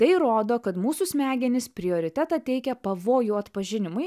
tai rodo kad mūsų smegenys prioritetą teikia pavojų atpažinimui